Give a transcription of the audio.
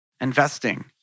Investing